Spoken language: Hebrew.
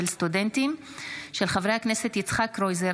מהיר בהצעתם של חברי הכנסת יצחק קרויזר,